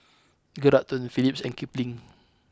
Geraldton Philips and Kipling